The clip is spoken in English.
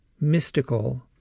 mystical